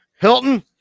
Hilton